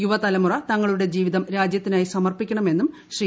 യുവതലമുറ തങ്ങളുടെ ജീവിതം രാജ്യത്തിനായി സമർപ്പിക്കണമെന്നും ശ്രീ